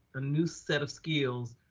a new set of skills,